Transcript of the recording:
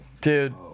Dude